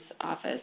office